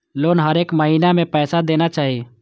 Loan हरेक महीना में पैसा देना चाहि?